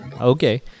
Okay